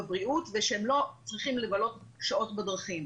לבריאות ושהם לא צריכים לבלות שעות בדרכים.